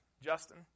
Justin